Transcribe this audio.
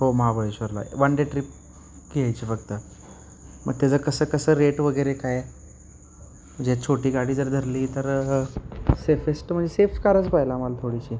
हो महाबळेश्वरला one day trip घ्यायची फक्त मग त्याचं कसं कसं रेट वगैरे काय म्हणजे छोटी गाडी जर धरली तर सेफेस्ट म्हणजे सेफ कारच पाहिजे आम्हाला थोडीशी